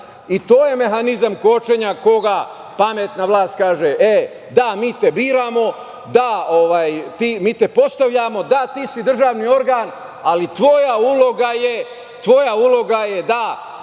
i to je mehanizam kočenja koga pametna vlast kaže – da, mi te biramo, mi te postavljamo, ti si državni organ, ali tvoja uloga je da